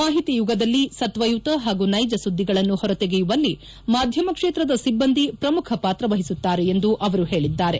ಮಾಹಿತಿ ಯುಗದಲ್ಲಿ ಸತ್ವಯುತ ಹಾಗೂ ನೈಜ ಸುದ್ದಿಗಳನ್ನು ಹೊರತೆಗೆಯುವಲ್ಲಿ ಮಾಧ್ಯಮ ಕ್ಷೇತ್ರದ ಸಿಬ್ಲಂದಿ ಪ್ರಮುಖ ಪಾತ್ರ ವಹಿಸುತ್ತಾರೆ ಎಂದು ಅವರು ಹೇಳಿದ್ದಾರೆ